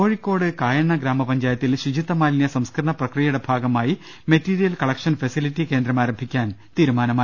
കോഴിക്കോട് കായണ്ണ ഗ്രാമപഞ്ചായത്തിൽ ശുചിത്വ മാലിന്യ സംസ് കരണ പ്രക്രിയയുടെ ഭാഗമായി മെറ്റീരിയൽ കളക്ഷൻ ഫെസിലിറ്റി കേന്ദ്രം ആരംഭിക്കാൻ തീരുമാനമായി